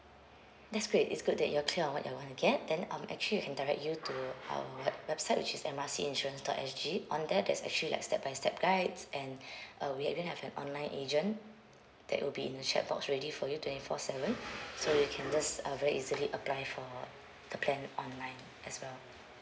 that's great it's good that you're clear on what you want to get then um actually we can direct you to our web~ website which is M R C insurance dot S_G on there there's actually like step by step guides and uh we we even have an online agent that will be in the chat box ready for you twenty four seven so you can just uh very easily apply for the plan online as well